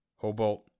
Hobolt